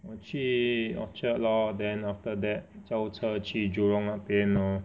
我去 Orchard lor then after that 叫车去 Jurong 那边 lor